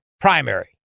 primary